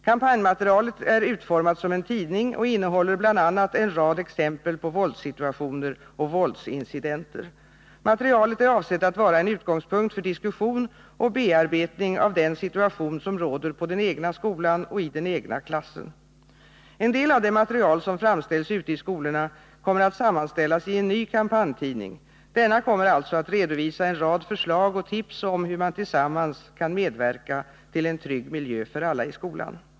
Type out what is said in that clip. Kampanjmaterialet är utformat som en tidning och innehåller bl.a. en rad exempel på våldssituationer och våldsincidenter. Materialet är avsett att vara en utgångspunkt för diskussion och bearbetning av den situation som råder på den egna skolan och i den egna klassen. En del av det material som framställs ute i skolorna kommer att sammanställas i en ny kampanjtidning. Denna kommer alltså att redovisa en rad förslag och tips om hur man tillsammans kan medverka till en trygg miljö för alla i skolan.